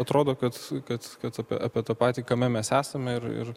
atrodo kad kad kad apie tą patį kame mes esame ir ir